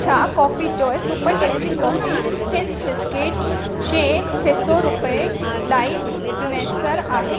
छा Coffee Joy super tasty coffee thins biscuits शै छह सौ रुपय लाइ मुयसरु आहे